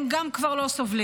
גם הם כבר לא סובלים.